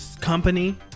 company